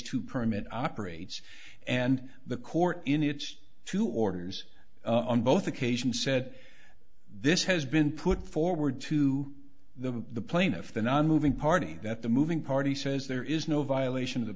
to permit operates and the court in its two orders on both occasions said this has been put forward to the plaintiff the nonmoving party that the moving party says there is no violation of the